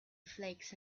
flakes